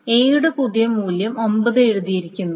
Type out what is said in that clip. A യുടെ പുതിയ മൂല്യം 9 എഴുതിയിരിക്കുന്നു